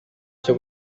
cyo